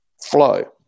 flow